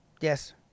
yes